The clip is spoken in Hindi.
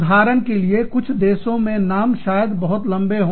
उदाहरण के लिए कुछ देशों में नाम शायद बहुत लंबे हो